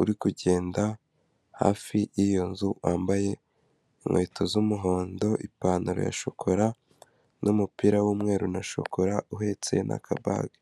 uri kugenda hafi y'iyo nzu wambaye inkweto z'umuhondo, ipantaro ya shokora n'umupira w'umweru na shokora, uhetse n'akabage.